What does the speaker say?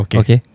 okay